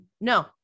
No